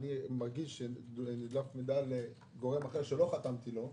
מרגיש שדלף מידע לגורם אחר שלא חתמתי לו?